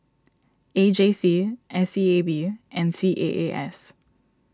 A J C S E A B and C A A S